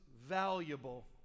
valuable